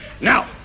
Now